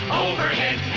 overhead